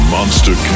Monster